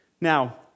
Now